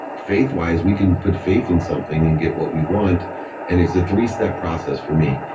faith-wise we can put faith in something and get what we want and it's a three-step process for me.